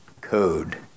code